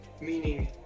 meaning